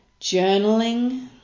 journaling